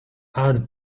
add